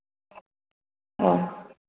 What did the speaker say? औ